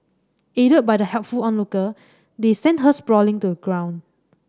aided by the helpful onlooker they sent her sprawling to a ground